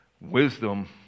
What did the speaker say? wisdom